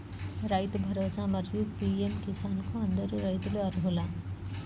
రైతు భరోసా, మరియు పీ.ఎం కిసాన్ కు అందరు రైతులు అర్హులా?